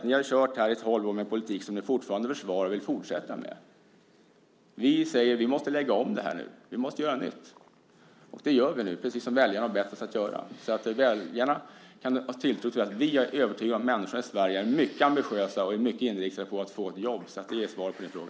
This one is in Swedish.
Ni har kört här i tolv år med en politik som ni fortfarande försvarar och vill fortsätta med. Vi säger: Vi måste lägga om det här nu. Vi måste göra nytt. Och det gör vi nu, precis som väljarna har bett oss att göra. Väljarna kan ha tilltro till att vi är övertygade om att människorna i Sverige är mycket ambitiösa och mycket inriktade på att få ett jobb. Det är svaret på din fråga.